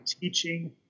teaching